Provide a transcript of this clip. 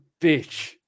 bitch